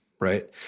right